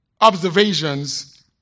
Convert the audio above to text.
observations